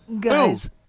Guys